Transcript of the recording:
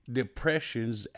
depression's